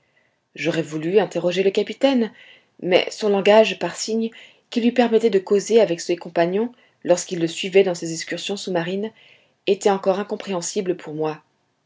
j'aurais voulu interroger le capitaine mais son langage par signes qui lui permettait de causer avec ses compagnons lorsqu'ils le suivaient dans ses excursions sous-marines était encore incompréhensible pour moi